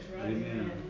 Amen